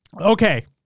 Okay